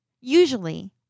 usually